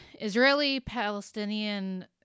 Israeli-Palestinian